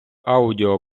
аудіо